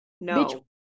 no